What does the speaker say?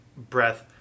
breath